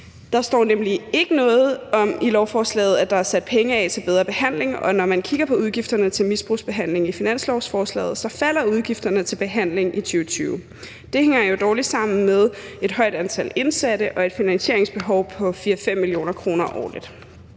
står der nemlig ikke noget om, at der er sat penge af til bedre behandling. Og når man i finanslovsforslaget kigger på udgifterne til misbrugsbehandling, ser man, at udgifterne til behandling falder i 2020. Det hænger jo dårligt sammen med et højt antal indsatte og et finansieringsbehov på 4-5 mio. kr. årligt.